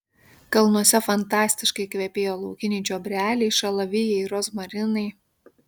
kalnuose fantastiškai kvepėjo laukiniai čiobreliai šalavijai rozmarinai